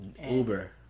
Uber